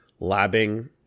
labbing